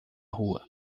rua